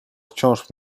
wciąż